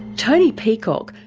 tony peacock,